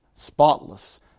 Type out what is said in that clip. spotless